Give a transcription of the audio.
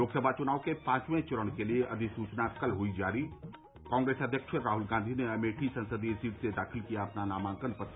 लोकसभा चुनाव के पांचवें चरण के लिये अधिसूचना कल हुई जारी कांग्रेस अध्यक्ष राहुल गांधी ने अमेठी संसदीय सीट से दाखिल किया अपना नामांकन पत्र